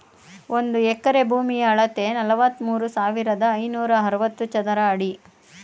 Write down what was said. ಒಂದು ಎಕರೆ ಭೂಮಿಯ ಅಳತೆ ನಲವತ್ಮೂರು ಸಾವಿರದ ಐನೂರ ಅರವತ್ತು ಚದರ ಅಡಿ